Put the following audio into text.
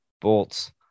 Bolts